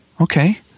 okay